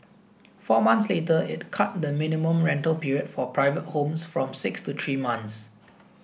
four months later it cut the minimum rental period for private homes from six to three months